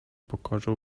pokorze